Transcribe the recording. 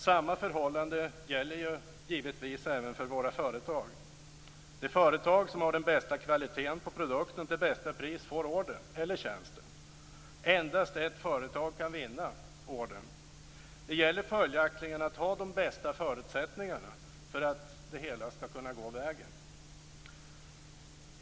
Samma förhållande gäller givetvis även för våra företag. Det företag som har den bästa kvaliteten på en produkt och bästa priset får ordern, eller tjänsten. Endast ett företag kan vinna ordern. Det gäller följaktligen att ha de bästa förutsättningarna för att det hela skall kunna gå vägen.